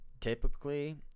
typically